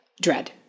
dread